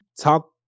Talk